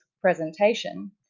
presentation